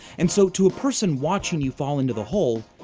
and, so, to a person watching you fall into the hole,